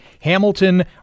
Hamilton